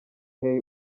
hey